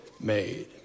made